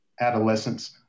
adolescents